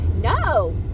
No